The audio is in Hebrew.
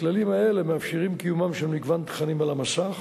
הכללים האלה מאפשרים קיומם של מגוון תכנים על המסך